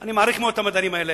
שאני מעריך מאוד את המדענים האלה,